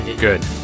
Good